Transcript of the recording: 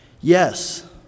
yes